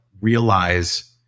realize